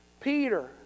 Peter